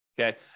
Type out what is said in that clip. Okay